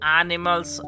animals